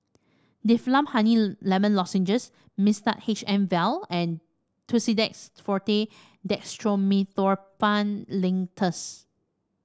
Difflam Honey Lemon Lozenges Mixtard H M vial and Tussidex Forte Dextromethorphan Linctus